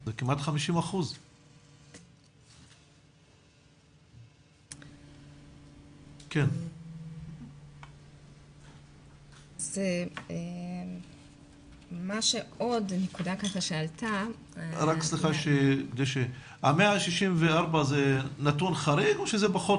זה כמעט 50%. ה-164 זה נתון חריג או שזה פחות